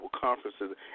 conferences